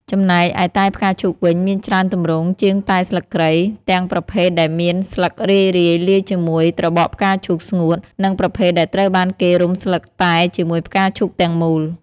ចំណែកឯតែផ្កាឈូកវិញមានច្រើនទម្រង់ជាងតែស្លឹកគ្រៃ ទាំងប្រភេទដែលមានស្លឹករាយៗលាយជាមួយត្របកផ្កាឈូកស្ងួត និងប្រភេទដែលត្រូវបានគេរុំស្លឹកតែជាមួយផ្កាឈូកទាំងមូល។